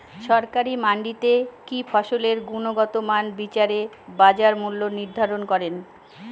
সরকারি মান্ডিতে কি ফসলের গুনগতমান বিচারে বাজার মূল্য নির্ধারণ করেন?